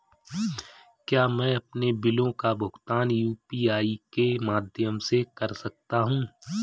क्या मैं अपने बिलों का भुगतान यू.पी.आई के माध्यम से कर सकता हूँ?